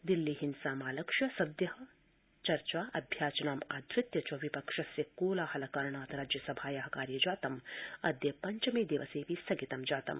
दिल्ली हिंसामालक्ष्य सद्य चर्चाभ्याचनामाधित्य विपक्षस्य कोलाहल कारणात् राज्यसभाया कार्यजातम् अद्य पञ्चमे दिवसेऽपि स्थगितं जातम्